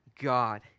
God